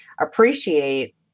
appreciate